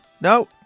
No